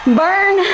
burn